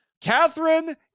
Catherine